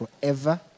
forever